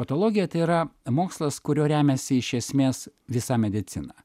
patologija tai yra mokslas kuriuo remiasi iš esmės visa medicina